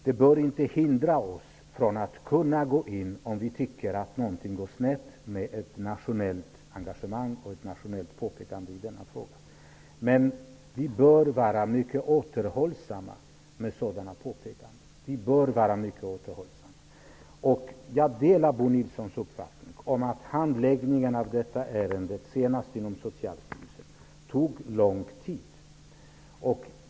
Det bör inte hindra oss från, om vi tycker att någonting går snett, att gå in med ett nationellt engagemang och ett nationellt påpekande. Men vi bör vara mycket återhållsamma med sådana påpekanden. Jag delar Bo Nilssons uppfattning att handläggningen av detta ärende, senast inom Socialstyrelsen, tog lång tid.